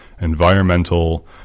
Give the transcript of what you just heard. environmental